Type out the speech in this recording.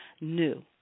new